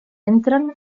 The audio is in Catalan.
entren